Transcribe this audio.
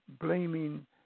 blaming